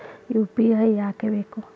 UPI ಯಾಕ್ ಬೇಕು?